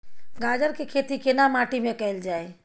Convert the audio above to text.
गाजर के खेती केना माटी में कैल जाए?